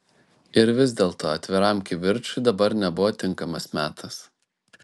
ir vis dėlto atviram kivirčui dabar nebuvo tinkamas metas